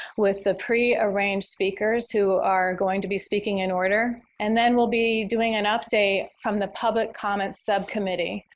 with the prearranged speakers who are going to be speaking in order. and then we'll be doing an update from the public comments subcommittee.